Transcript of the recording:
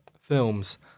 films